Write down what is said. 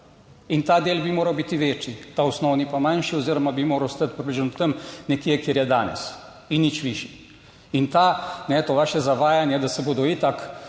In ta del bi moral biti večji, ta osnovni pa manjši oziroma bi moral stati približno tam nekje, kjer je danes, in nič višji. In ta, to vaše zavajanje, da se bodo itak